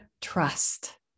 trust